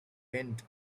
went